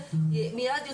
אני מייד אוציא.